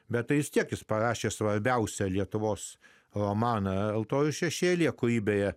bet tais kiek jis parašė svarbiausią lietuvos romaną altorių šešėlyje kurį beje